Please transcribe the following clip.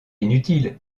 inutile